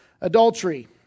adultery